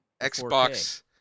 Xbox